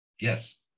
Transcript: Yes